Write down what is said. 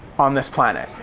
on this planet.